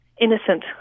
innocent